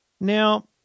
Now